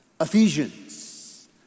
Ephesians